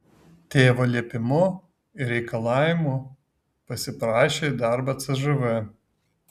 tėvo liepimu ir reikalavimu pasiprašė į darbą cžv